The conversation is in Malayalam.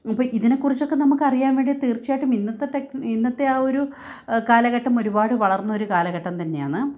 അപ്പം ഇതിനെക്കുറിച്ചൊക്കെ നമുക്കറിയാൻ വേണ്ടി തീർച്ചയായിട്ടും ഇന്നത്തെ ടെ ഇന്നത്തെ ആ ഒരു കാലഘട്ടം ഒരുപാട് വളർന്നൊരു കാലഘട്ടം തന്നെയാണ്